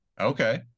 Okay